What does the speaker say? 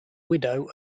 widow